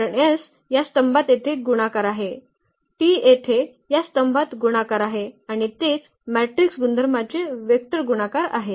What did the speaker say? कारण s या स्तंभात येथे गुणाकार आहे t येथे या स्तंभात गुणाकार आहे आणि तेच मॅट्रिक्स गुणधर्मचे वेक्टर गुणाकार आहे